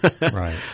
Right